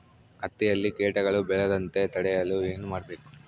ಹತ್ತಿಯಲ್ಲಿ ಕೇಟಗಳು ಬೇಳದಂತೆ ತಡೆಯಲು ಏನು ಮಾಡಬೇಕು?